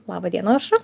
laba diena aušra